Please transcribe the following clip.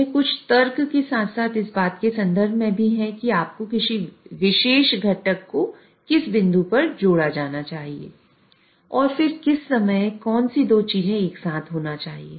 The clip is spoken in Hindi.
यह कुछ तर्क के साथ साथ इस बात के संदर्भ में भी है कि आपको किसी विशेष घटक को किस बिंदु पर जोड़ा जाना चाहिए और फिर किस समय कौन सी दो चीजें एक साथ होनी चाहिए